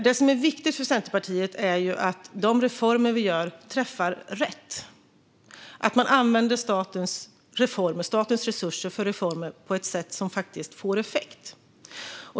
Det som är viktigt för Centerpartiet är att de reformer som vi gör träffar rätt och att man använder statens resurser för reformer på ett sätt som faktiskt får effekt.